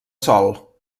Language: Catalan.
sol